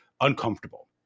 uncomfortable